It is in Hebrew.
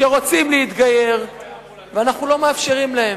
שרוצים להתגייר ואנחנו לא מאפשרים להם.